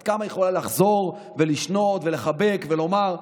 עד כמה היא יכולה לחזור ולשנות ולחבק ולומר?